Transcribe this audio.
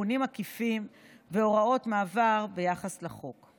תיקונים עקיפים והוראות מעבר ביחס לחוק.